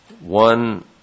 One